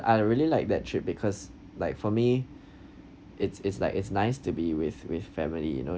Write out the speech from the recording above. I really liked that trip because like for me it's it's like it's nice to be with with family you know